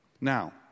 Now